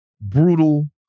brutal